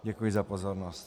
Děkuji za pozornost.